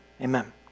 Amen